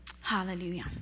Hallelujah